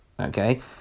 okay